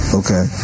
okay